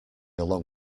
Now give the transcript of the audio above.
along